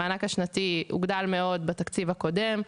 המענק השנתי הוגדל מאוד בתקציב הקודם.